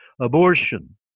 Abortion